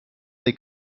they